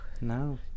no